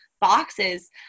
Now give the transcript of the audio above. boxes